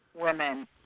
women